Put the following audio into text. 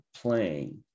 playing